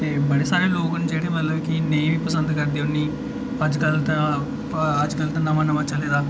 मतलब कि बड़े सारे लोग न जेह्ड़े कि नेईं पसंद करदे उ'नें गी अज्जकल दा अज्जकल दा नमां नमां चला दा